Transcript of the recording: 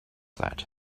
that